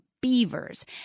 beavers